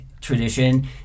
tradition